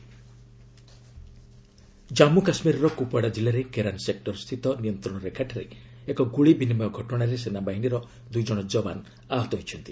JK army personnel Jammu କାଶ୍ମୀରର କୁପ୍ୱାଡ଼ା ଜିଲ୍ଲାରେ କେରାନ୍ ସେକ୍ଟରସ୍ଥିତ ନିୟନ୍ତ୍ରଣ ରେଖାଠାରେ ଏକ ଗୁଳି ବିନିମୟ ଘଟଣାରେ ସେନାବାହିନୀର ଦୁଇ ଜଣ ଯବାନ ଆହତ ହୋଇଛନ୍ତି